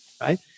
right